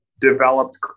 developed